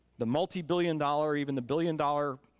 the multi-billion dollar, even the billion dollar,